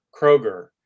kroger